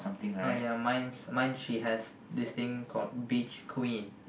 oh ya mine's mine she has this thing called beach queen